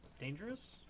Dangerous